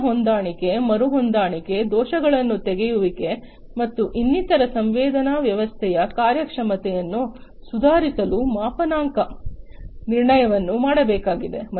ವಿಭಿನ್ನ ಹೊಂದಾಣಿಕೆ ಮರು ಹೊಂದಾಣಿಕೆ ದೋಷಗಳನ್ನು ತೆಗೆಯುವಿಕೆ ಮತ್ತು ಇನ್ನಿತರ ಸಂವೇದನಾ ವ್ಯವಸ್ಥೆಯ ಕಾರ್ಯಕ್ಷಮತೆಯನ್ನು ಸುಧಾರಿಸಲು ಮಾಪನಾಂಕ ನಿರ್ಣಯವನ್ನು ಮಾಡಬೇಕಾಗಿದೆ